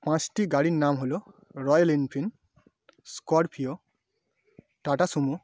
পাঁচটি গাড়ির নাম হলো Royal Enfield Scorpio Tata Sumo